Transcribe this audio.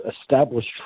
established